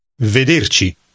Vederci